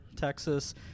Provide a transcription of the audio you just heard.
texas